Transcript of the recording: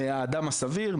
האדם הסביר,